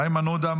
איימן עודה,